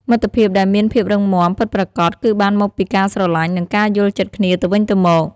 មិត្តភាពដែលមានភាពរឹងមាំពិតប្រាកដគឺបានមកពីការស្រលាញ់និងការយល់ចិត្តគ្នាទៅវិញទៅមក។